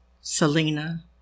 Selena